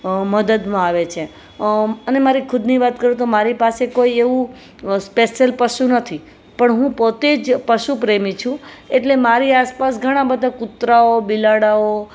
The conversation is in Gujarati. મદદમાં આવે છે અને મારી ખુદની વાત કરું તો મારી પાસે કોઈ એવું સ્પેસ્યલ પશુ નથી પણ હું પોતે જ પશુ પ્રેમી છું એટલે મારી આસપાસ ઘણાં બધા કુતરાઓ બિલાડાઓ